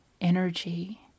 energy